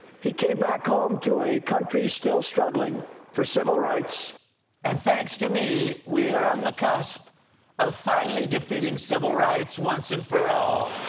he came back home to a country still struggling for civil rights. stephen and thanks to me, we're on the cusp of finally defeating civil rights once and for all.